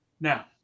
Now